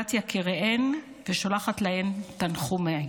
נפילת יקיריהן, ושולחת להן את תנחומיי.